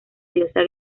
diosa